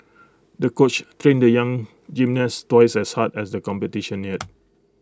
the coach trained the young gymnast twice as hard as the competition neared